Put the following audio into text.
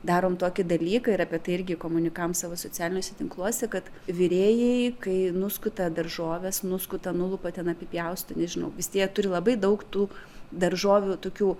darom tokį dalyką ir apie tai irgi komunikavom savo socialiniuose tinkluose kad virėjai kai nuskuta daržoves nuskuta nulupa ten apipjausto nežinau vis tiek turi labai daug tų daržovių tokių